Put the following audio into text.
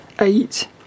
Eight